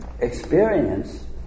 experience